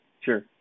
sure